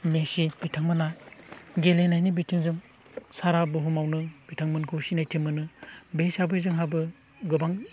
मेसि बिथांमोना गेलेनायनि बिथिंजों सारा बुहुमावनो बिथांमोनखौ सिनायथि मोनो बे हिसाबै जोंहाबो गोबां